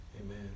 Amen